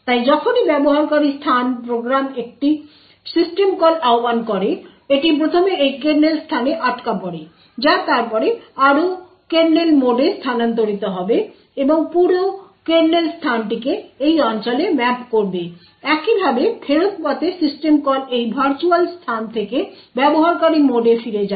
তাই যখনই ব্যবহারকারী স্থান প্রোগ্রাম একটি সিস্টেম কল আহ্বান করে এটি প্রথমে এই কার্নেল স্থানে আটকা পড়ে যা তারপরে আরও কার্নেল মোডে স্থানান্তরিত হবে এবং পুরো কার্নেল স্থানটিকে এই অঞ্চলে ম্যাপ করবে একইভাবে ফেরত পথে সিস্টেম কল এই ভার্চুয়াল স্থান থেকে ব্যবহারকারী মোডে ফিরে যাবে